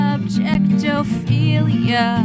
Objectophilia